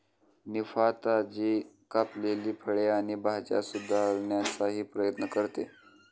निफा, ताजी कापलेली फळे आणि भाज्या सुधारण्याचाही प्रयत्न करते